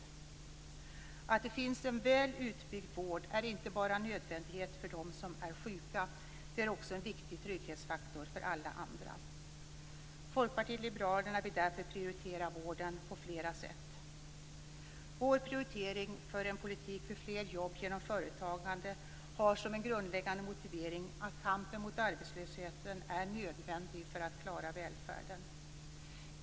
Att det finns en väl utbyggd vård är inte bara en nödvändighet för dem som är sjuka. Det är också en viktig trygghetsfaktor för alla andra. Folkpartiet liberalerna vill därför prioritera vården på flera sätt. Vår prioritering av en politik för fler jobb genom företagande har som en grundläggande motivering att kampen mot arbetslösheten är nödvändig för att vi skall klara välfärden.